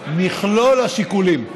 מכלול השיקולים.